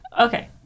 Okay